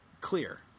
clear